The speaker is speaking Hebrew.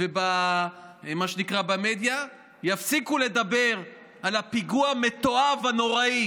ובמה שנקרא מדיה יפסיקו לדבר על הפיגוע המתועב והנוראי